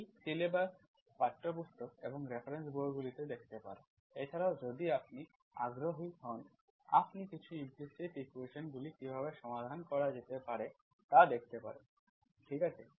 আপনি সিলেবাস পাঠ্যপুস্তক এবং রেফারেন্স বইগুলি দেখতে পারেন এছাড়া যদি আপনি আগ্রহী হন আপনি কিছু ইমপ্লিসিট ইকুয়েশন্সগুলি কীভাবে সমাধান করা যেতে পারে তা দেখতে পারেন ঠিক আছে